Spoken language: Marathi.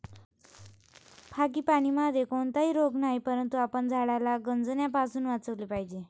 फ्रांगीपानीमध्ये कोणताही रोग नाही, परंतु आपण झाडाला गंजण्यापासून वाचवले पाहिजे